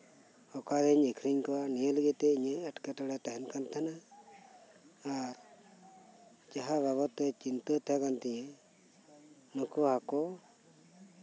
ᱚᱠᱟᱨᱤᱧ ᱟᱠᱷᱨᱤᱧ ᱠᱚᱣᱟ ᱱᱤᱭᱟᱹ ᱞᱟᱹᱜᱤᱫ ᱛᱮ ᱤᱧᱟᱜ ᱮᱸᱴᱠᱮᱴᱚᱬᱮ ᱛᱟᱦᱮᱱ ᱠᱟᱱ ᱛᱟᱦᱮᱸᱫᱼᱟ ᱟᱨ ᱡᱟᱦᱟᱸ ᱵᱟᱵᱚᱫᱽ ᱛᱮ ᱪᱤᱱᱛᱟᱹ ᱛᱟᱦᱮᱸ ᱠᱟᱱ ᱛᱤᱧᱟᱹ ᱱᱩᱠᱩ ᱦᱟᱠᱳ